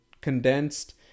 condensed